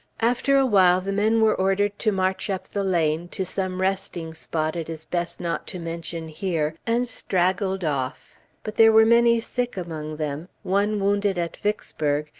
after a while the men were ordered to march up the lane, to some resting spot it is best not to mention here, and straggled off but there were many sick among them, one wounded at vicksburg,